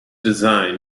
design